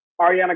Ariana